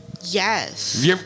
Yes